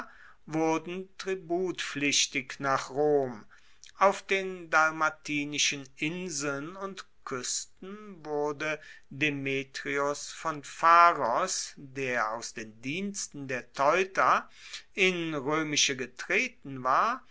wurden tributpflichtig nach rom auf den dalmatinischen inseln und kuesten wurde demetrios von pharos der aus den diensten der teuta in roemische getreten war